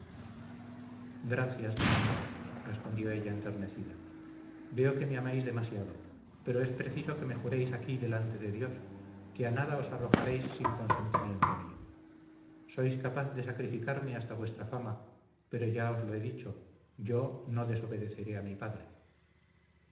gracias don álvaro respondió ella enternecida veo que me amáis demasiado pero es preciso que me juréis aquí delante de dios que a nada os arrojaréis sin consentimiento mío sois capaz de sacrificarme hasta vuestra fama pero ya os lo he dicho yo no desobedeceré a mi padre